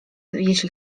jeśli